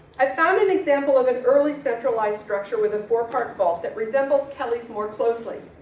i found an example of an early centralized structure with a four-part vault that resembles kelly's more closely.